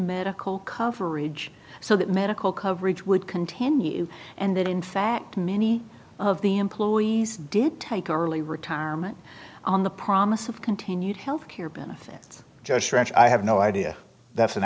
medical coverage so that medical coverage would continue and that in fact many of the employees did take our early retirement on the promise of continued health care benefits just ranch i have no idea that's an